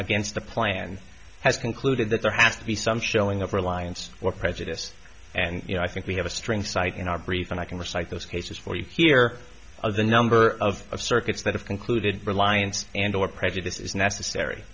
against the plan has concluded that there has to be some showing of reliance or prejudice and you know i think we have a string site in our brief and i can recite those cases for you here of the number of circuits that have concluded reliance and or prejudice is necessary